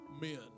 men